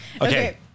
Okay